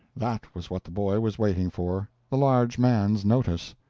that was what the boy was waiting for the large man's notice.